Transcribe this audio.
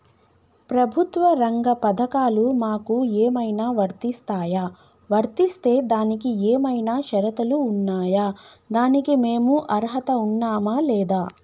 ప్రభుత్వ రంగ పథకాలు మాకు ఏమైనా వర్తిస్తాయా? వర్తిస్తే దానికి ఏమైనా షరతులు ఉన్నాయా? దానికి మేము అర్హత ఉన్నామా లేదా?